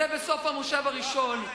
זה בסוף המושב הראשון,